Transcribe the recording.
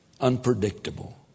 unpredictable